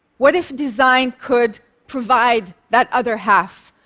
what if design could provide that other half?